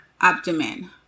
abdomen